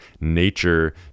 Nature